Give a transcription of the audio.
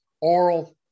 oral